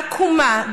עקומה,